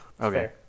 Okay